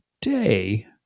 day